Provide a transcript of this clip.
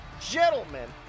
gentlemen